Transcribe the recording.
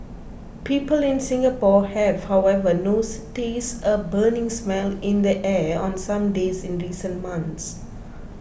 people in Singapore have however noticed a burning smell in the air on some days in recent months